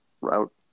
route